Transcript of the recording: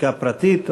חקיקה פרטית,